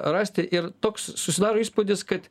rasti ir toks susidaro įspūdis kad